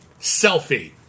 Selfie